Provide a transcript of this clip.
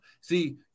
See